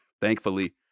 Thankfully